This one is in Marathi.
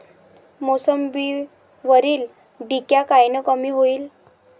मोसंबीवरील डिक्या कायनं कमी होईल?